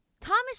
Thomas